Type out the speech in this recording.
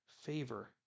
favor